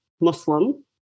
Muslim